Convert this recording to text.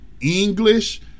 English